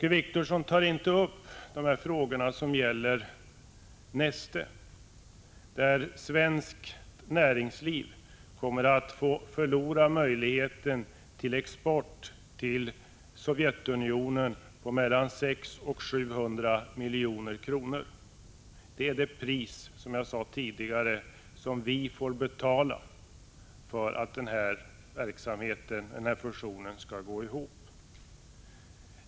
Åke Wictorsson tar inte upp de frågor som gäller Neste, där svenskt näringsliv kommer att förlora möjligheten till export till Sovjetunionen på mellan 600 och 700 milj.kr. Det är, som jag sade tidigare, det pris som vi får betala för att den här fusionen skall gå ihop.